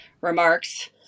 remarks